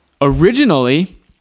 Originally